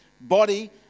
body